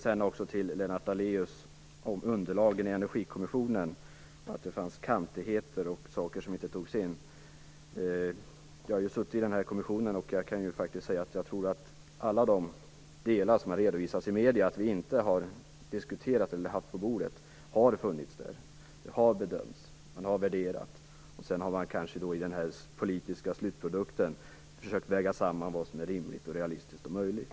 Lennart Daléus talade om underlagen, kantigheter och saker som inte togs med i Energikommissionens arbete. Jag har ju varit med i kommissionen och jag kan säga att alla de delar som vi enligt medierna inte har haft på bordet, de har verkligen funnits med. De har bedömts och värderats, och sedan har man kanske i den politiska slutprodukten försökt att väga samman det som är realistiskt, rimligt och möjligt.